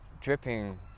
dripping